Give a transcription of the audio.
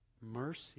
mercy